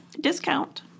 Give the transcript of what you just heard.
Discount